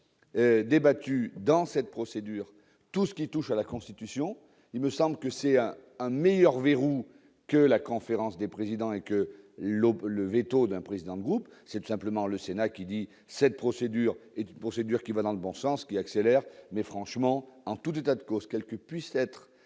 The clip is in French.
débattue dans cette procédure, tout ce qui touche à la constitution, il me semble que c'est un un meilleur verrou que la conférence des présidents et que l'on peut le véto d'un président de groupe, c'est tout simplement le Sénat qui dit : cette procédure est du pour séduire, qui va dans le bon sens qui accélère, mais franchement, en tout état de cause, quelles que puissent être